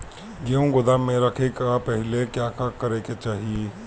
गेहु गोदाम मे रखे से पहिले का का करे के चाही?